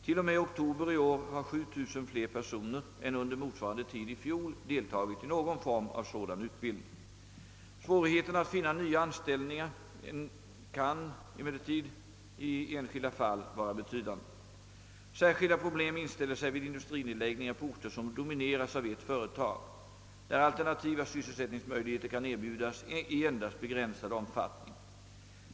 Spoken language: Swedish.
T. o. m. oktober i år har 7 000 fler personer än under motsvarande tid i fjol deltagit i någon form av sådan utbildning. Svårigheterna att finna ny anställning kan emellertid i enskilda fall vara betydande. Särskilda problem inställer sig vid industrinedläggningar på orter som domineras av ett företag, där alternativa sysselsättningsmöjligheter kan erbjudas i endast begränsad omfattning.